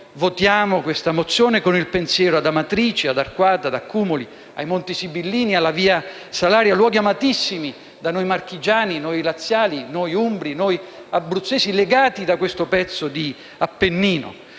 votiamo questa mozione con il pensiero ad Amatrice, ad Arquata, ad Accumuli, ai Monti Sibillini, alla via Salaria: luoghi amatissimi da noi marchigiani, noi laziali, noi umbri, noi abruzzesi, legati da questo pezzo di Appennino.